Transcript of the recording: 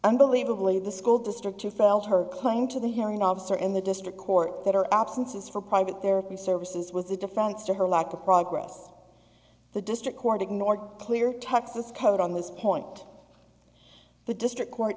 unbelievably the school district or felt her claim to the hearing officer in the district court that her absences for private therapy services was the difference to her lack of progress the district court ignored clear texas code on this point the district court